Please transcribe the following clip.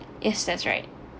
yes that's right